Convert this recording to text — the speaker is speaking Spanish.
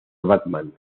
batman